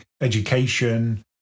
education